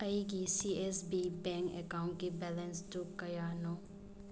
ꯑꯩꯒꯤ C S B bank ꯑꯦꯛꯀꯥꯎꯟꯀꯤ ꯕꯦꯂꯦꯟꯁꯇꯨ ꯀꯌꯥꯅꯣ